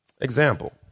Example